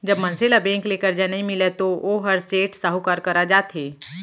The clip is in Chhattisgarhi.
जब मनसे ल बेंक ले करजा नइ मिलय तो वोहर सेठ, साहूकार करा जाथे